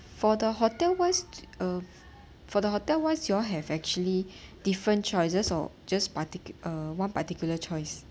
for the hotel wise do uh for the hotel wise do you all have actually different choices or just particu~ uh one particular choice